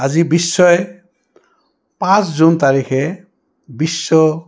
আজি বিশ্বই পাঁচ জুন তাৰিখে বিশ্ব